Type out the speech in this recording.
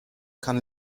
kann